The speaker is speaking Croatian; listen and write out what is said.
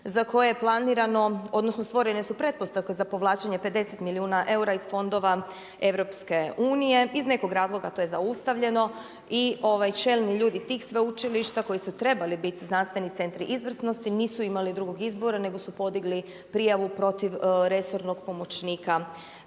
za koje je planirano, odnosno stvorene su pretpostavke za povlačenje 50 milijuna eura iz fondova EU. Iz nekog razloga to je zaustavljeno i čelni ljudi tih sveučilišta koji su trebali biti znanstveni centri izvrsnosti nisu imali drugog izbora nego su podigli prijavu protiv resornog pomoćnika